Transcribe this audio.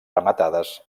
rematades